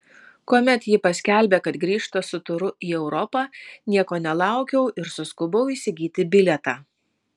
kuomet ji paskelbė kad grįžta su turu į europą nieko nelaukiau ir suskubau įsigyti bilietą